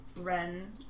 Ren